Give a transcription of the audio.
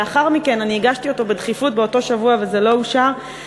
ולאחר מכן הגשתי אותו בדחיפות באותו שבוע וזה לא אושר,